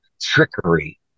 trickery